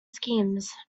schemes